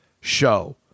show